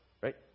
Right